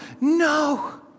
no